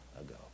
ago